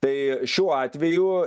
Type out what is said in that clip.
tai šiuo atveju